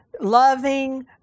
loving